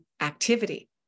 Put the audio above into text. activity